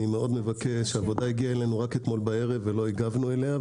היא הגיעה אלינו רק אמש ולא הגבנו לה.